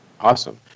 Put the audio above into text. Awesome